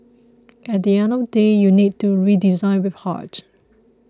at the end of the day you need to redesign with heart